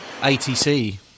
ATC